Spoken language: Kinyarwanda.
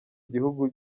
gihugu